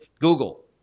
Google